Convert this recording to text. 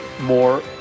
more